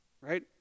Right